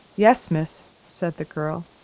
yes, miss, said the girl.